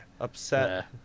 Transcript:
upset